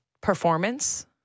performance